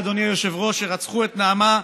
והנכונות לעשות דה-הומניזציה של כל מי שלא מסכים איתם,